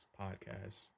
podcast